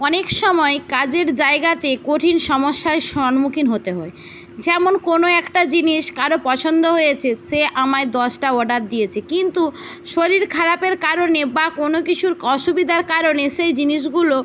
অনেক সময় কাজের জায়গাতে কঠিন সমস্যায় সম্মুখীন হতে হয় যেমন কোনো একটা জিনিস কারও পছন্দ হয়েছে সে আমায় দশটা অর্ডার দিয়েছে কিন্তু শরীর খারাপের কারণে বা কোনো কিছুর অসুবিধার কারণে সেই জিনিসগুলো